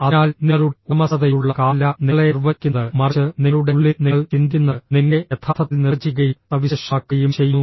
അതിനാൽ നിങ്ങളുടെ ഉടമസ്ഥതയിലുള്ള കാറല്ല നിങ്ങളെ നിർവചിക്കുന്നത് മറിച്ച് നിങ്ങളുടെ ഉള്ളിൽ നിങ്ങൾ ചിന്തിക്കുന്നത് നിങ്ങളെ യഥാർത്ഥത്തിൽ നിർവചിക്കുകയും സവിശേഷമാക്കുകയും ചെയ്യുന്നു